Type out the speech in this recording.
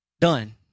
done